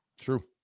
True